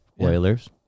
Oilers